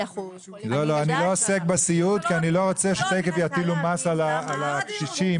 אני לא עוסק בסיעוד כי אני לא רוצה שתיכף יטילו מס על הקשישים.